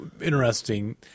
interesting